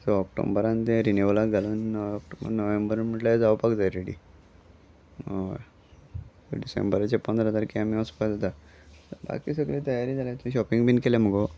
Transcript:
so ऑक्टोंबरान ते रिनीवलाक घालून ऑक्टोबर नोव्हेंबर म्हटल्यार जावपाक जाय रेडी हय डिसेंबराच पंदरा तारखे आमी वचसपाक जाता बाकी सगळी तयारी जाल्यां शॉपींग बीन केलें मुगो